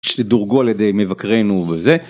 שדורגו על ידי מבקרינו, וזה